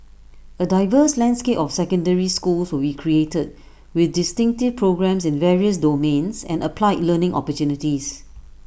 A diverse landscape of secondary schools will created with distinctive programmes in various domains and applied learning opportunities